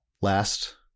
Last